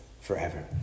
forever